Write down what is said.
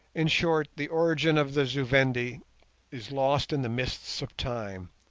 in short, the origin of the zu-vendi is lost in the mists of time.